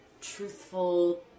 truthful